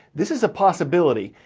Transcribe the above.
this is a possibility.